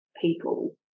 people